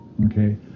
Okay